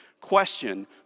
question